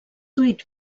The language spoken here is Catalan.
huit